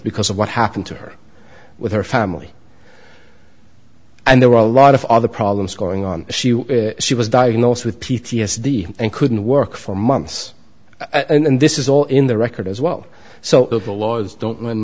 because of what happened to her with her family and there were a lot of other problems going on she she was diagnosed with p t s d and couldn't work for months and this is all in the record as well so the laws don't